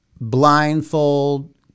blindfold